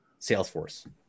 Salesforce